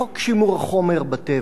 חוק שימור החומר בטבע,